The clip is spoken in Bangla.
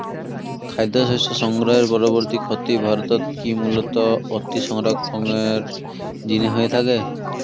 খাদ্যশস্য সংগ্রহের পরবর্তী ক্ষতি ভারতত কি মূলতঃ অতিসংরক্ষণের জিনে হয়ে থাকে?